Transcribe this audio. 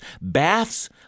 baths